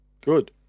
Good